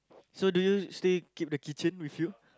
so do you still keep the keychain with you